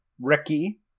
Ricky